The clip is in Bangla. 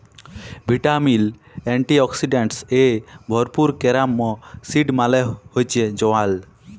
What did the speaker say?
ভিটামিল, এন্টিঅক্সিডেন্টস এ ভরপুর ক্যারম সিড মালে হচ্যে জয়াল